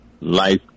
life